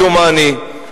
דומני,